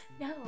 No